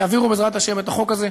יעבירו בעזרת השם את החוק הזה.